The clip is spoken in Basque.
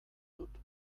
dut